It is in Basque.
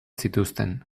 zituzten